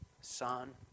son